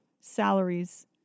salaries